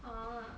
orh